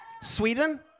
Sweden